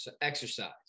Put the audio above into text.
exercise